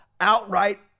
outright